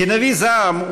כנביא זעם,